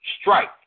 strike